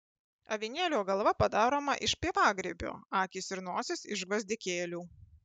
avinėlio galva padaroma iš pievagrybio akys ir nosis iš gvazdikėlių